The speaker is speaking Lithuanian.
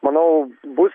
manau bus